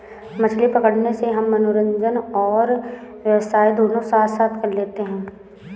मछली पकड़ने से हम मनोरंजन और व्यवसाय दोनों साथ साथ कर लेते हैं